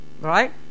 Right